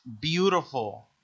beautiful